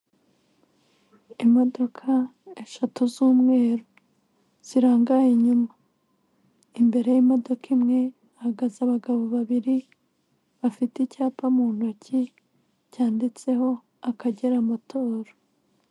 Imodoka eshatu z'umweru, zirangaye inyuma, imbere y'imodoka imwe hagaze abagabo babiri, bafite icyapa mu ntoki cyanditseho Akagera Motoru.